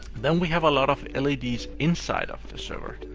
then we have a lot of leds inside of the server,